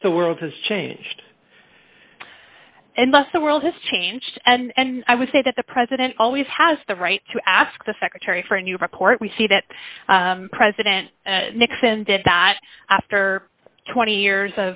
us the world has changed and thus the world has changed and i would say that the president always has the right to ask the secretary for a new report we see that president nixon did that after twenty years